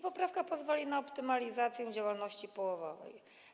Poprawka pozwoli na optymalizację działalności połowowej.